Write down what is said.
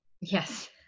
Yes